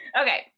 Okay